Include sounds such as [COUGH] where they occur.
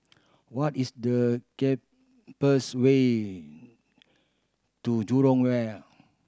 what is the [UNINTELLIGIBLE] way to Jurong Wharf